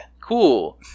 cool